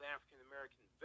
African-American